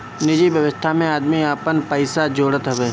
निजि व्यवस्था में आदमी आपन पइसा जोड़त हवे